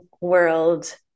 world